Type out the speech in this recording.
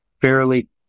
fairly